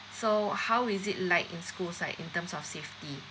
so how is it like in schools like in terms of safety